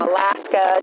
Alaska